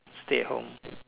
stay at home